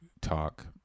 talk